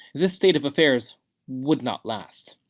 this state of affairs would not last.